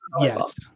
yes